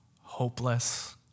hopeless